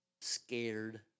scared